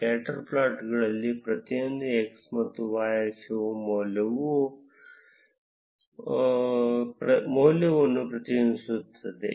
scatter ಪ್ಲಾಟ್ಗಳಲ್ಲಿ ಪ್ರತಿಯೊಂದು x ಮತ್ತು y ಅಕ್ಷವು ಕೆಲವು ಮೌಲ್ಯವನ್ನು ಪ್ರತಿನಿಧಿಸುತ್ತದೆ